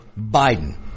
Biden